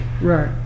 Right